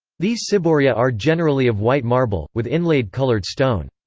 these ciboria are generally of white marble, with inlaid coloured stone.